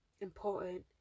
important